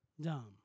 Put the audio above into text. Dumb